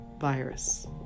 virus